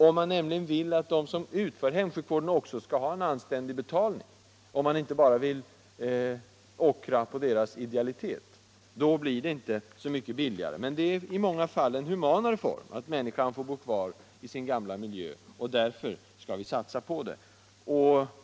Om man vill att också de som utför hemsjukvård skall ha en anständig betalning, om man inte bara vill dra nytta av deras idealitet, blir det inte mycket billigare med hemsjukvård. Det är emellertid i många fall en humanare vårdform att människan får bo kvar i sin gamla miljö. Därför skall vi satsa på hemsjukvården.